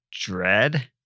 dread